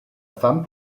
femme